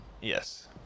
Yes